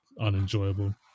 unenjoyable